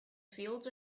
fields